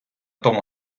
тому